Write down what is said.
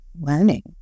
learning